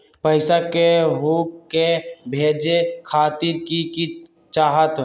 पैसा के हु के भेजे खातीर की की चाहत?